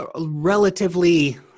relatively